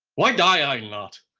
why die i not?